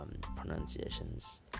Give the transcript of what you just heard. pronunciations